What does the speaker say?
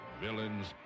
villains